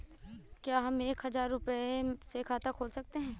क्या हम एक हजार रुपये से खाता खोल सकते हैं?